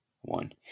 one